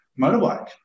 motorbike